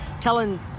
telling